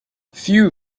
few